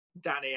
Danny